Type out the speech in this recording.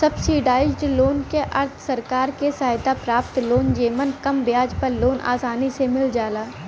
subsidised loan क अर्थ सरकार से सहायता प्राप्त लोन जेमन कम ब्याज पर लोन आसानी से मिल जाला